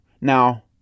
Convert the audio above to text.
now